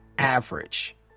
average